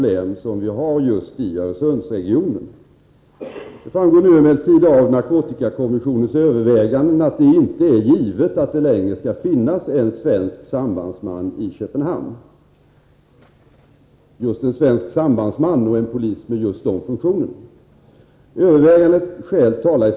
Den som har ansvaret för den här viktiga delen av narkotikabekämpningen, dvs. justitieministern, har både möjligheter och befogenheter att se till att inget glapp uppstår.